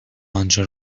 آنچه